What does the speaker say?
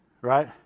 Right